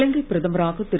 இலங்கை பிரதமராக திரு